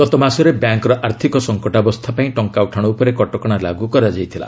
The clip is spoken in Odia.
ଗତ ମାସରେ ବ୍ୟାଙ୍କର ଆର୍ଥକ ସଙ୍କଟାବସ୍ଥା ପାଇଁ ଟଙ୍କା ଉଠାଣ ଉପରେ କଟକଣା ଲାଗୁ କରାଯାଇଥିଲା